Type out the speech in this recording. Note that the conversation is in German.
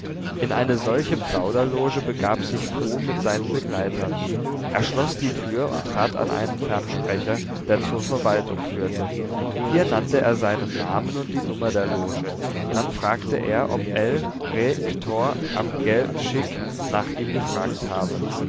in eine solche plauderloge begab sich fru mit seinen begleitern er schloß die tür und trat an einen fernsprecher der zur verwaltung führte hier nannte er seinen namen und die nummer der loge dann fragte er ob ell re kthor am gel schick nach ihm gefragt habe